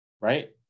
right